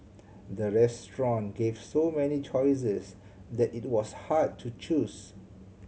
the restaurant gave so many choices that it was hard to choose